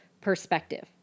perspective